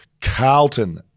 Carlton